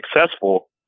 successful